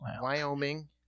Wyoming